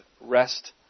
rest